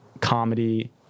comedy